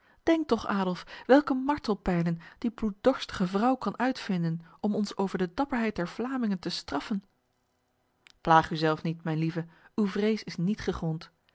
denk toch adolf welke martelpijnen die bloeddorstige vrouw kan uitvinden om ons over de dapperheid der vlamingen te straffen plaag u zelf niet mijn lieve uw vrees is niet gegrond